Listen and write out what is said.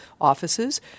offices